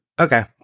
okay